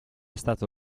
stato